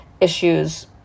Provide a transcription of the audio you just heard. issues